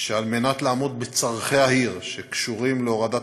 שעל מנת לעמוד בצורכי העיר שקשורים להורדת